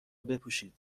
بپوشید